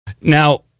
Now